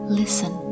listen